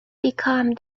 become